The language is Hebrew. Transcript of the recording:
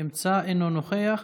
אינו נוכח,